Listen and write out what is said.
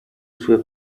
sue